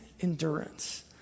endurance